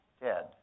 dead